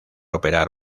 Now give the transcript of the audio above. operar